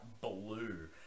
blue